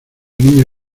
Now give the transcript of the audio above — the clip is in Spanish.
niña